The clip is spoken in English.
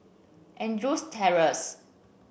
Andrews Terrace